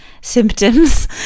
symptoms